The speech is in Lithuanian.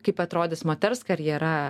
kaip atrodys moters karjera